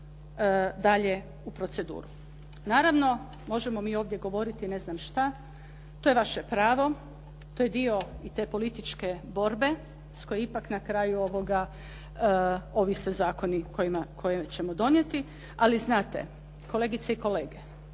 dalje u proceduru. Naravno, možemo mi ovdje govoriti ne znam što, to je vaše pravo, to je dio i te političke borbe s koje ipak na kraju ovise zakoni koje ćemo donijeti. Ali znate, kolegice i kolege,